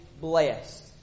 blessed